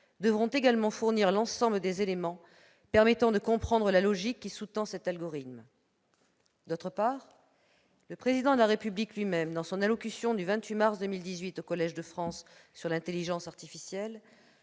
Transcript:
devront également fournir l'ensemble des éléments permettant de comprendre la logique qui sous-tend cet algorithme. » D'autre part, le Président de la République, dans son allocution du 28 mars 2018 au Collège de France sur l'intelligence artificielle,